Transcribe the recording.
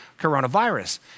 coronavirus